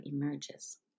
emerges